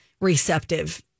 receptive